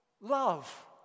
love